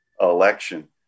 election